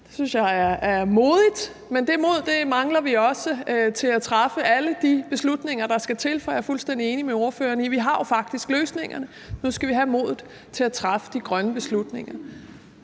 Det synes jeg er modigt, men det mod mangler vi også til at træffe alle de beslutninger, der skal til. For jeg er fuldstændig enig med ordføreren i, at vi jo faktisk har løsningerne. Nu skal vi have modet til at træffe de grønne beslutninger.